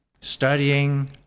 studying